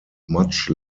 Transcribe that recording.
much